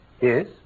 Yes